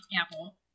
apple